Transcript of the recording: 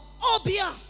Obia